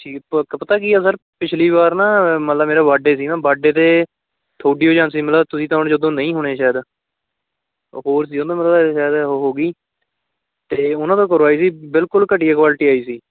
ਠੀਕ ਹੈ ਪਤਾ ਕੀ ਹੈ ਸਰ ਪਿਛਲੀ ਵਾਰ ਨਾ ਮਤਲਬ ਮੇਰਾ ਬਡੇ ਸੀ ਨਾ ਬਡੇ 'ਤੇ ਤੁਹਾਡੀ ਏਜੰਸੀ ਤੁਸੀਂ ਤਾਂ ਜਦੋਂ ਨਹੀਂ ਹੋਣੇ ਸ਼ਾਇਦ ਹੋਰ ਸੀ ਉਹਨਾਂ ਸ਼ਾਇਦ ਉਹ ਹੋਗੀ ਅਤੇ ਉਹਨਾਂ ਦਾ ਕਰਵਾਈ ਸੀ ਬਿਲਕੁੱਲ ਘਟੀਆ ਕੋਆਲਟੀ ਆਈ ਸੀ